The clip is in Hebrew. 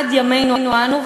עד ימינו שלנו,